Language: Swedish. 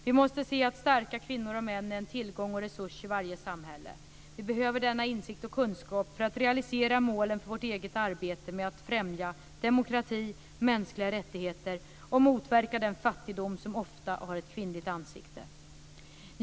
Vi måste se att starka kvinnor och män är en tillgång och resurs i varje samhälle. Vi behöver denna insikt och kunskap för att realisera målen för vårt eget arbete med att främja demokrati, mänskliga rättigheter och motverka den fattigdom som ofta har ett kvinnligt ansikte.